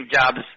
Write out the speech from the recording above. Jobs